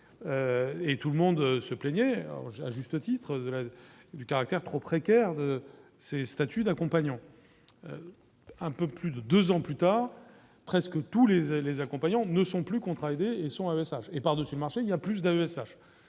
et tout le monde se plaignait à juste titre de la du caractère trop précaire de ses statuts d'un compagnon, un peu plus de 2 ans plus tard, presque tous les et les accompagnants ne sont plus contre et son âme, et par-dessus le marché il y a plus d'un